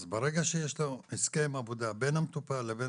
אז ברגע שיש הסכם עבודה בין המטופל לבין